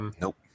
Nope